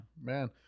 man